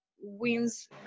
wins